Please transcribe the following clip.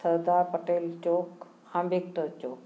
सरदार पटेल चौक आंबेडकर चौक